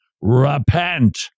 Repent